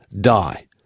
die